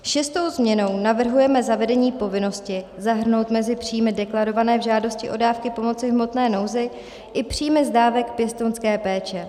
Šestou změnou navrhujeme zavedení povinnosti zahrnout mezi příjmy deklarované v žádosti o dávky pomoci v hmotné nouzi i příjmy z dávek pěstounské péče.